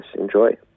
Enjoy